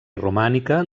romànica